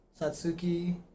Satsuki